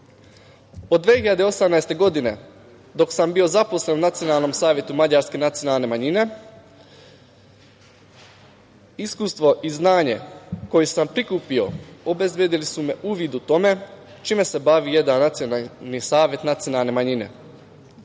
2018. godine, dok sam bio zaposlen u Nacionalnom savetu mađarske nacionalne manjine, iskustvo i znanje koje sam prikupio obezbedili su mi uvid u to čime se bavi jedan nacionalni savet nacionalne manjine.